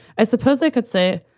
i suppose i could say,